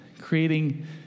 creating